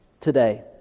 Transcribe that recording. today